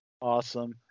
Awesome